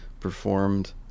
performed